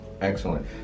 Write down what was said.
Excellent